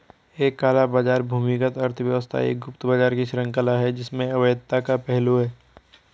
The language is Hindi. एक काला बाजार भूमिगत अर्थव्यवस्था एक गुप्त बाजार की श्रृंखला है जिसमें अवैधता का पहलू है